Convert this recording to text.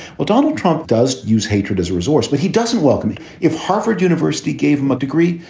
well, donald trump does use hatred as a resource, but he doesn't welcome me if harvard university gave him a degree.